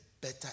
better